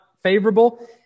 favorable